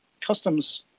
customs